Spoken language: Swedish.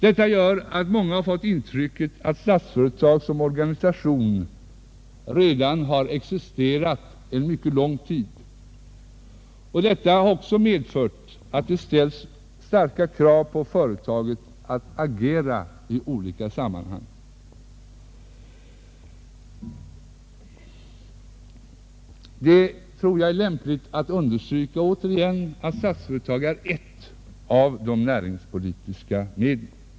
Detta gör att många har fått intrycket att Statsföretag som organisation redan har existerat en mycket lång tid, och detta har också medfört att det ställs starka krav på företaget att agera i olika sammanhang. Jag tycker att det återigen bör understrykas att Statsföretag endast är ett av de näringspolitiska medlen.